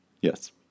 Yes